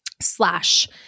slash